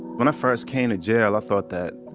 when i first came to jail i thought that,